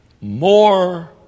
more